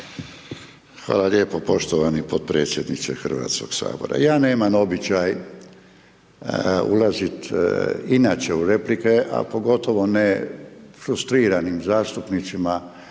Hvala lijepo poštovani potpredsjedniče HS. Ja nemam običaj ulazit inače u replike, a pogotovo ne frustriranim zastupnicima, pa